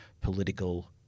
political